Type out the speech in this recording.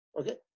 okay